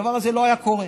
הדבר הזה לא היה קורה.